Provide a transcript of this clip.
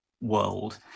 world